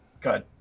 good